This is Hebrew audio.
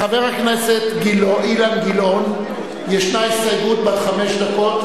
לחבר הכנסת אילן גילאון יש הסתייגות בת חמש דקות,